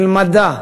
של מדע,